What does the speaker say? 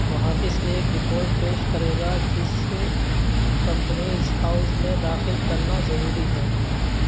محافظ ایک رپورٹ پیش کرے گا جس سے کمپنیز ہاؤز میں داخل کرنا ضروری ہے